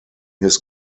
his